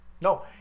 No